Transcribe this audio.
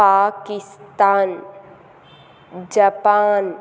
Pakistan Japan